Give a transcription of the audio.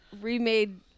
remade